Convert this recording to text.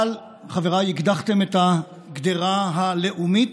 אבל, חבריי, הקדחתם את הקדרה הלאומית,